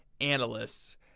analysts